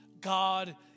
God